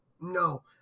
no